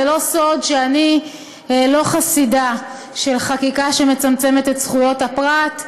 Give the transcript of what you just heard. זה לא סוד שאני לא חסידה של חקיקה שמצמצמת את זכויות הפרט.